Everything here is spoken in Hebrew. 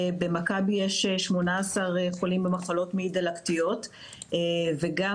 במכבי יש 18,000 חולים במחלות מעי דלקתיות וגם